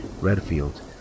Redfield